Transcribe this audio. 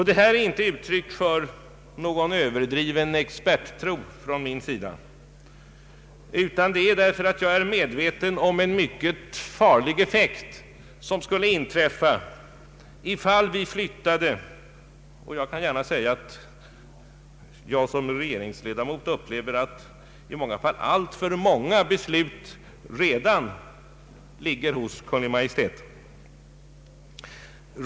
Detta är inte uttryck för någon överdriven experttro från min sida, utan jag säger detta därför att jag är medveten om att en mycket farlig effekt skulle bli följden, ifall vi flyttade över beslutsprocessen i sådana här frågor i än större utsträckning till regering och riksdag — jag vill gärna säga att jag som regeringsledamot upplever att alltför många beslut av denna art redan ligger hos Kungl. Maj:t.